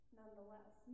nonetheless